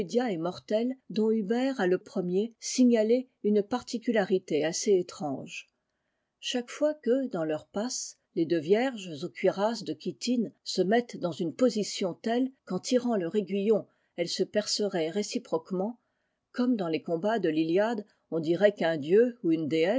mortel dont huber a le premier signalé une particularité assez étrange chaque fois que dans leurs passes les deux vierges aux cuirasses de chitine se mettent dans une position telle qu'en tirant leur aiguillon elles se perceraient réciproquement comme dans les combats de y iliade j on dirait qu'un dieu ou une déesse